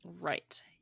right